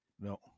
No